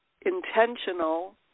intentional